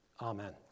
Amen